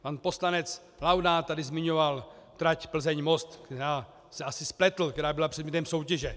Pan poslanec Laudát tady zmiňoval trať PlzeňMost, on se asi spletl, která byla předmětem soutěže.